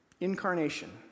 incarnation